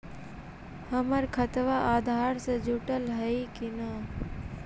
हमर खतबा अधार से जुटल हई कि न?